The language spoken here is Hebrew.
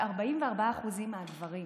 ו-44% מהגברים.